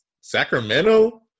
Sacramento